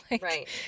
right